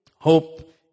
Hope